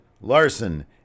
Larson